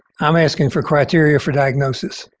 i'm asking for criteria for diagnosis.